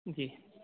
जी